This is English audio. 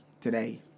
today